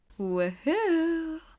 Woohoo